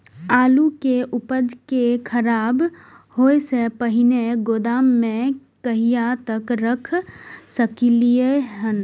आलु के उपज के खराब होय से पहिले गोदाम में कहिया तक रख सकलिये हन?